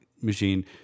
machine